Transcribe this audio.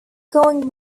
going